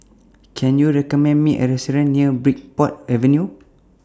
Can YOU recommend Me A Restaurant near Bridport Avenue